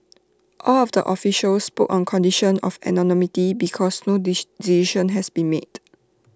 all of the officials spoke on condition of anonymity because no decision has been made